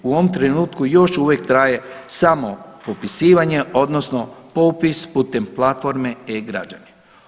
U ovom trenutku još uvijek traje samo popisivanje odnosno popis putem platforme e-građani.